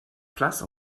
blass